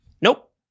Nope